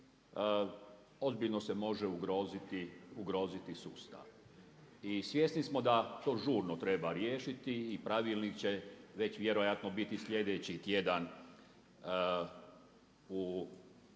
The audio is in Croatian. ozbiljno se može ugroziti sustav. I svjesni smo da to žurno treba riješiti i pravilnik će već vjerojatno biti sljedeći tjedan u životu.